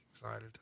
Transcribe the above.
excited